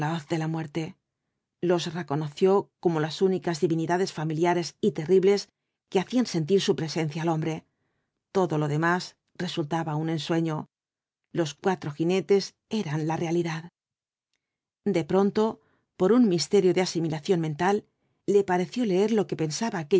de la muerte los reconoció como las únicas divinidades familiares y terribles que hacían sentir su presencia al hombre todo lo demás resultaba un ensueño los cuatro jinetes eran la realidad de pronto por un misterio de asimilación mental le pareció leer lo que pensaba